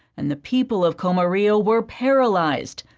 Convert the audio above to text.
and the people of como rio were paralyzed.